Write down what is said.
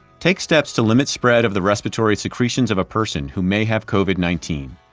take steps to limit spread of the respiratory secretions of a person who may have covid nineteen.